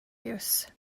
use